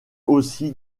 aussi